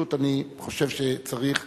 ופשוט אני חושב שצריך